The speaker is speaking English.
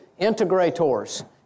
integrators